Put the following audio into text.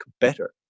better